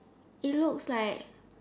it looks like